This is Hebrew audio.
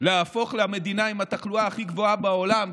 להפוך למדינה עם התחלואה הכי גבוהה בעולם,